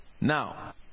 now